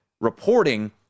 reporting